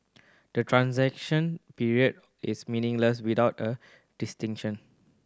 the transition period is meaningless without a distinction